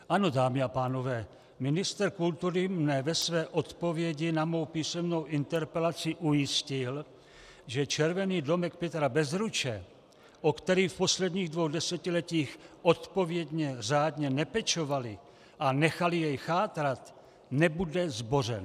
Ano, dámy a pánové, ministr kultury mne ve své odpovědi na mou písemnou interpelaci ujistil, že Červený domek Petra Bezruče, o který v posledních dvou desetiletích odpovědně řádně nepečovali a nechali jej chátrat, nebude zbořen.